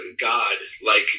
God-like